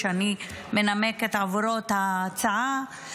שאני מנמקת עבורו את ההצעה,